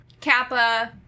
Kappa